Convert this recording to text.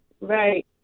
Right